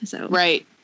Right